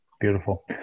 Beautiful